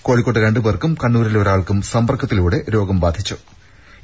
കോഴിക്കോട്ടെ രണ്ടു പേർക്കും കണ്ണൂരിലെ ഒരാൾക്കും സമ്പർക്കത്തിലൂടെയാണ് രോഗം ബാധിച്ചത്